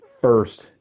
first